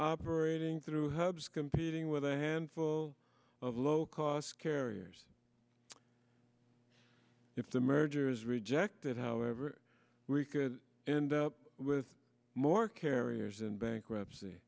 operating through hubs competing with a handful of low cost carriers if the merger is rejected however we could end up with more carriers in bankruptcy